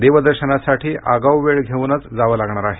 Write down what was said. देवदर्शनासाठी आगाऊ वेळ घेऊनच जावं लागणार आहे